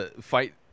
fight